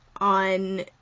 on